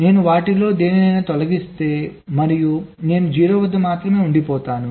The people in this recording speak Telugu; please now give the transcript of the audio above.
నేను వాటిలో దేనినైనా తొలగిస్తే మరియు నేను 0 వద్ద మాత్రమే ఉండిపోతాను